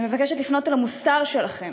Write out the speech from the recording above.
אני מבקשת לפנות את המוסר שלכם.